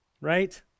Right